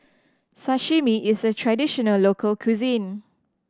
sashimi is a traditional local cuisine